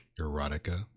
Erotica